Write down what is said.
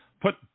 Put